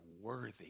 worthy